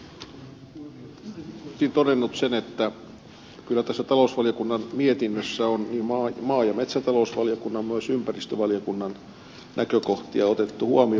ensiksi olisin todennut sen että kyllä tässä talousvaliokunnan mietinnössä on niin maa ja metsätalousvaliokunnan kuin myös ympäristövaliokunnan näkökohtia otettu huomioon